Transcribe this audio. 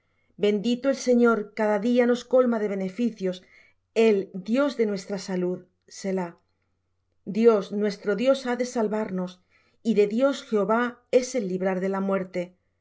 bendito el señor cada día nos colma de beneficios el dios de nuestra salud selah dios nuestro dios ha de salvarnos y de dios jehová es el librar de la muerte